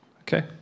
Okay